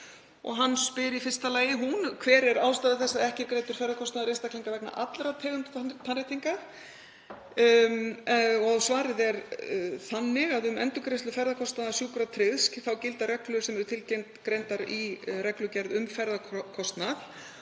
Hún spyr í fyrsta lagi hver sé ástæða þess að ekki er greiddur ferðakostnaður einstaklinga vegna allra tegunda tannréttinga. Svarið er að um endurgreiðslu ferðakostnaðar sjúkratryggðs gilda reglur sem eru tilgreindar í reglugerð um ferðakostnað.